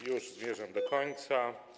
Już zmierzam do końca.